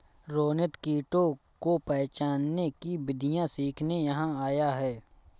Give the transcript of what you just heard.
रोनित कीटों को पहचानने की विधियाँ सीखने यहाँ आया है